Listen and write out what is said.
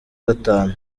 gatanu